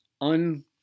un